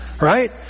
Right